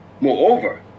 Moreover